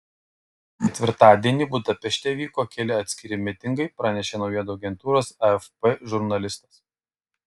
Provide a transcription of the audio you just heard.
ketvirtadienį budapešte vyko keli atskiri mitingai pranešė naujienų agentūros afp žurnalistas